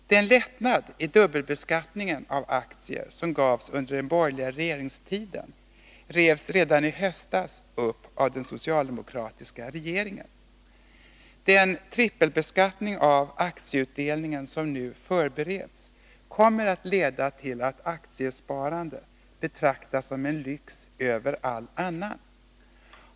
Den lättnad i dubbelbeskattningen av aktier som gavs under den borgerliga regeringstiden revs redan i höstas upp av den socialdemokratiska regeringen. Den trippelbeskattning av aktieutdelningen som nu förbereds kommer att leda till att aktiesparande betraktas som en lyx över all annan.